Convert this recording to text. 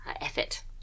effort